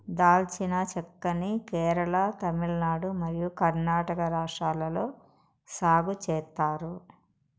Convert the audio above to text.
దాల్చిన చెక్క ని కేరళ, తమిళనాడు మరియు కర్ణాటక రాష్ట్రాలలో సాగు చేత్తారు